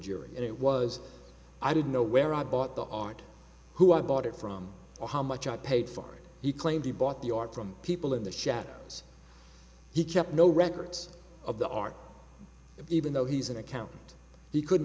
jury and it was i didn't know where i bought the art who i bought it from or how much i paid for it he claimed he bought the art from people in the shadows he kept no records of the art even though he's an accountant he couldn't